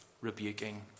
rebuking